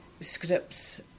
scripts